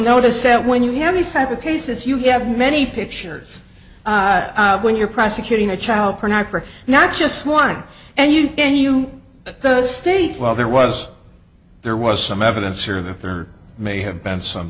notice that when you have these type of cases you have many pictures when you're prosecuting a child pornographer not just one and you the state while there was there was some evidence here that there may have been some